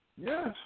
Yes